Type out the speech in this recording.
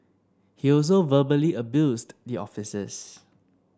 he also verbally abused the officers